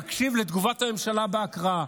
ניסיתי רק להקשיב לתגובת הממשלה בהקראה,